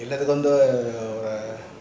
இல்ல அது வந்து ஒரு:illa athu vanthu oru err